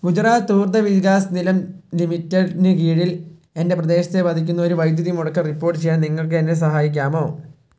ഗുജറാത്ത് ഊർജ വികാസ് നിഗം ലിമിറ്റഡിന് കീഴിൽ എൻ്റെ പ്രദേശത്തെ ബാധിക്കുന്ന ഒരു വൈദ്യുതി മുടക്കം റിപ്പോർട്ട് ചെയ്യാൻ നിങ്ങൾക്ക് എന്നെ സഹായിക്കാമോ